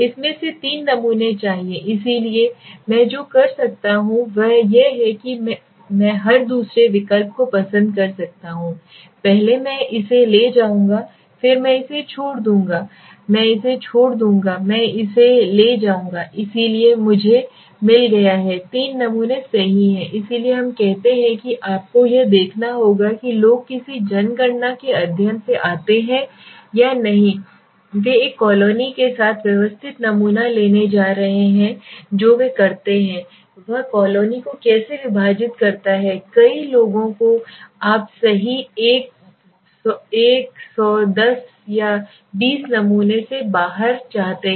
इसमें से तीन नमूने चाहिए इसलिए मैं जो कर सकता हूं वह यह है कि मैं हर दूसरे विकल्प को पसंद कर सकता हूं पहले मैं इसे ले जाऊंगा फिर मैं इसे छोड़ दूंगा मैं इसे छोड़ दूंगा मैं इसे ले लूंगा इसलिए मुझे मिल गया है तीन नमूने सही हैं इसलिए हम कहते हैं कि आपको यह देखना होगा कि लोग किसी जनगणना के अध्ययन से आते हैं या नहीं वे एक कॉलोनी के साथ व्यवस्थित नमूना लेने जा रहे हैं जो वे करते हैं वह कॉलोनी को कैसे विभाजित करता है कई लोगों को आप सही एक सौ दस या बीस नमूनों से बाहर चाहते हैं